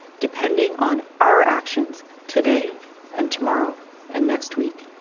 depending on our actions today and tomorrow and next week.